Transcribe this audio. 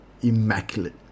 immaculate